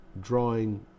drawing